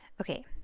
Okay